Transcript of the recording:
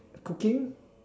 cooking